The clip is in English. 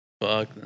Fuck